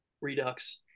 Redux